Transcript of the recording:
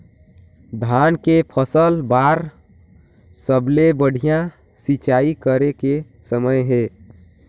धान के फसल बार सबले बढ़िया सिंचाई करे के समय हे?